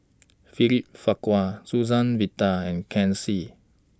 William Farquhar Suzann Victor and Ken Seet